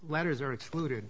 letters are excluded